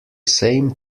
same